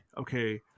Okay